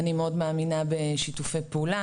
אני מאוד מאמינה בשיתופי פעולה.